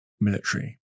military